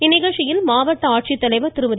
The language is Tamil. இந்நிகழ்ச்சியில் ஆட்சித்தலைவர் திருமதி